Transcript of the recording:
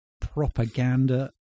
propaganda